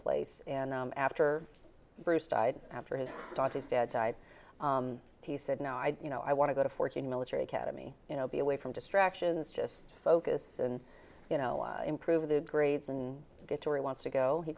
place and after bruce died after his daughter's dad died he said no i you know i want to go to fourteen military academy you know be away from distractions just focus and you know improve the grades and get to where he wants to go he